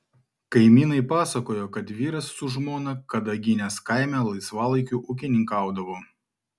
kaimynai pasakojo kad vyras su žmona kadaginės kaime laisvalaikiu ūkininkaudavo